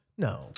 No